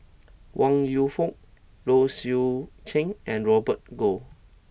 Wong Yoon Wah Low Swee Chen and Robert Goh